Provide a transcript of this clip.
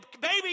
baby